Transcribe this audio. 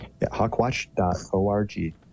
hawkwatch.org